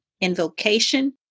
invocation